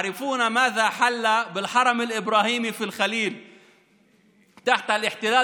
יודעים מה קרה במערת המכפלה בחברון תחת הכיבוש